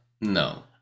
No